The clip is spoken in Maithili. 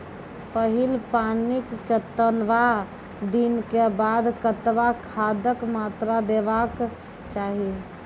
पहिल पानिक कतबा दिनऽक बाद कतबा खादक मात्रा देबाक चाही?